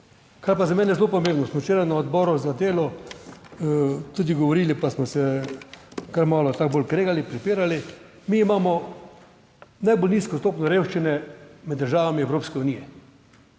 Kar je pa za mene zelo pomembno, smo včeraj na Odboru za delo tudi govorili, pa smo se kar malo tako bolj kregali, prepirali, mi imamo najbolj nizko stopnjo revščine med državami Evropske unije.